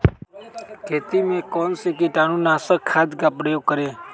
खेत में कौन से कीटाणु नाशक खाद का प्रयोग करें?